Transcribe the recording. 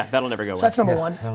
that'll never go. so that's number one.